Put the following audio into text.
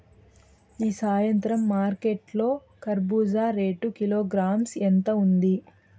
ఈ సాయంత్రం మార్కెట్ లో కర్బూజ రేటు కిలోగ్రామ్స్ ఎంత ఉంది?